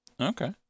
Okay